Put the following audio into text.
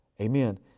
Amen